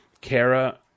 Kara